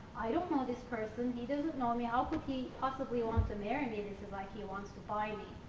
i don't know this person. he doesn't know me. how could he possibly want to marry me? it's and like he wants to buy me.